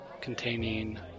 containing